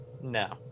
No